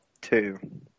two